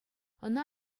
ӑна